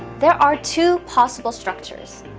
there are two possible structures.